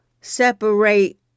separate